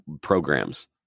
programs